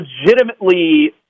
legitimately